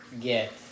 get